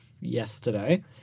yesterday